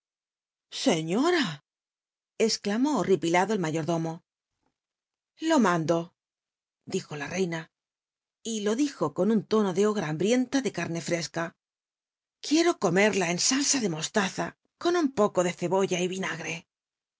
e wlamó horripilado el mayordomo biblioteca nacional de españa lo mando dijo la j ina y lo dijo con un lono de ogra hamhrienla de carne fresca quiero comerla en salsa de mostaza con un puen de cebolla y inagrc